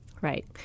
right